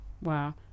Wow